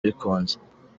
bikunze